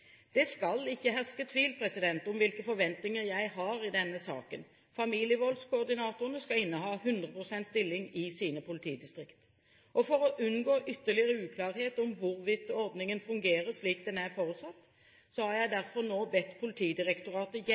Det skal ikke herske tvil om hvilke forventninger jeg har i denne saken – familievoldskoordinatorene skal inneha 100 pst. stilling i sine politidistrikt. For å unngå ytterligere uklarhet om hvorvidt ordningen fungerer slik den er forutsatt, har jeg derfor nå bedt Politidirektoratet